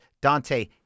Dante